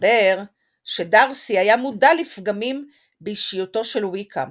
מסתבר שדארסי היה מודע לפגמים באישיותו של ויקהם,